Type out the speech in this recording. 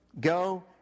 go